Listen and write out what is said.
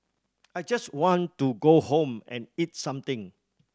I just want to go home and eat something